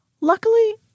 Luckily